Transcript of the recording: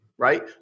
right